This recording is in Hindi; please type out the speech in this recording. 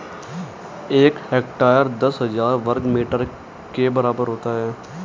एक हेक्टेयर दस हजार वर्ग मीटर के बराबर होता है